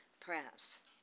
Press